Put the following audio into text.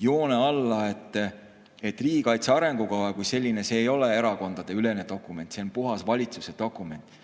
joone alla tõmban. Riigikaitse arengukava kui selline ei ole erakondadeülene dokument, see on puhas valitsuse dokument.